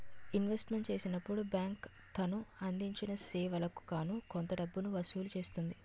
investment చేసినప్పుడు bank తను అందించిన సేవలకు గాను కొంత డబ్బును వసూలు చేస్తుంది